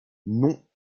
non